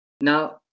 Now